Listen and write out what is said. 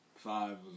Five